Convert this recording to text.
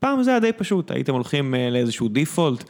פעם זה היה די פשוט, הייתם הולכים לאיזשהו דיפולט.